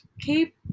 keep